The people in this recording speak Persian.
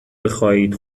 بخواهید